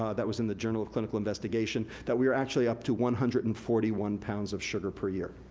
ah that was in the journal of clinical investigation, that we are actually up to one hundred and forty one pounds of sugar per year.